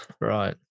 right